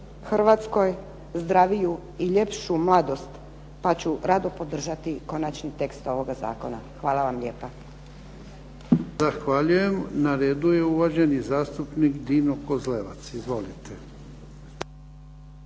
Hrvatskoj ljepšu i zdraviju mladost, pa ću rado podržati Konačni tekst ovoga Zakona. Hvala vam lijepa. **Jarnjak, Ivan (HDZ)** Zahvaljujem. Na redu je uvaženi zastupnik Dino Kozlevac. Izvolite.